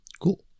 Cool